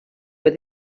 but